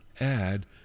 add